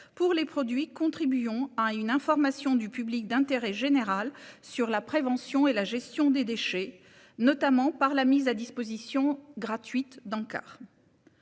pour les produits contribuant à une information du public d'intérêt général sur la prévention et la gestion des déchets, notamment par la mise à disposition gratuite d'encarts.